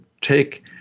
take